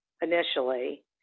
initially